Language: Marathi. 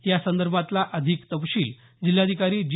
या संदर्भातला अधिक तपशील जिल्हाधिकारी जी